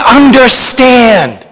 understand